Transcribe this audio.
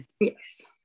yes